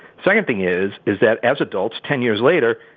second thing is is that as adults ten years later,